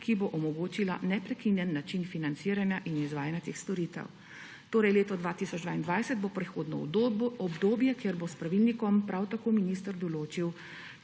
ki bo omogočila neprekinjen način financiranja in izvajanja teh storitev. Leto 2022 bo torej prehodno obdobje, kjer bo s pravilnikom prav tako minister določil